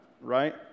right